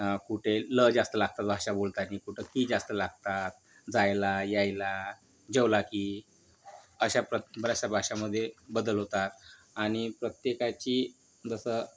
कुठे ल जास्त लागतं भाषा बोलताना कुठं की जास्त लागतात जायला यायला जेवला की अशा प्रत बऱ्याचशा भाषामध्ये बदल होतात आणि प्रत्येकाची जसं